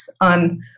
on